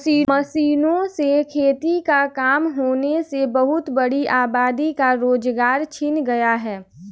मशीनों से खेती का काम होने से बहुत बड़ी आबादी का रोजगार छिन गया है